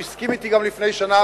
הוא הסכים אתי גם לפני שנה,